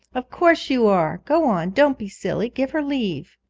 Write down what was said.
of course you are. go on don't be silly give her leave